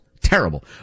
Terrible